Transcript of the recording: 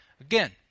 Again